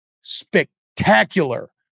spectacular